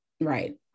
Right